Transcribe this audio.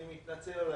אני מתנצל.